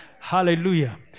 hallelujah